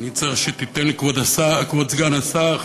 כבוד סגן השר,